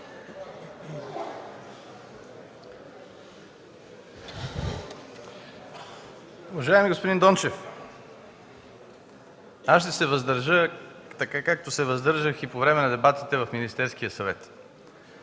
Уважаеми господин Дончев, аз ще се въздържа, така както се въздържах и по време на дебатите в Министерския съвет.